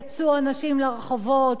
יצאו אנשים לרחובות,